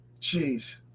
Jeez